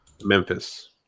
Memphis